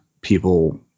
people